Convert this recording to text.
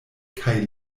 kaj